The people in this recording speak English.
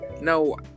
No